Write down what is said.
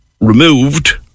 removed